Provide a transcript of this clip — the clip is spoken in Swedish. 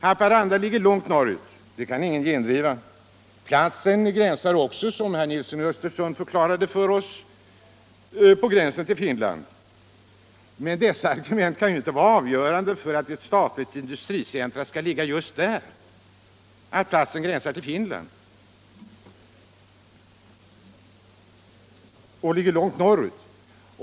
Haparanda ligger långt norrut, det kan ingen gendriva. Platsen ligger också, som herr Nilsson förklarade för oss, vid gränsen till Finland. Men argumentet att området gränsar till Finland och ligger långt norrut kan ju inte vara avgörande för att ett statligt industricentrum skall ligga just där.